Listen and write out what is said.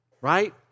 right